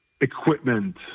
equipment